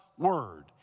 Word